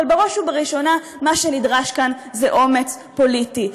אבל בראש ובראשונה מה שנדרש כאן זה אומץ פוליטי,